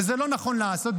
וזה לא נכון לעשות,